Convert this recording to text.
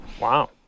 Wow